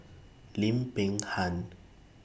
Lim Peng Han